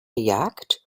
jagd